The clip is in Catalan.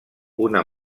una